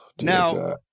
Now